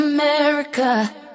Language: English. America